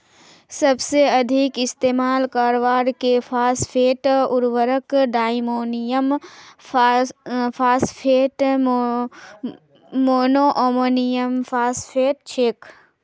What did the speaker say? सबसे अधिक इस्तेमाल करवार के फॉस्फेट उर्वरक डायमोनियम फॉस्फेट, मोनोअमोनियमफॉस्फेट छेक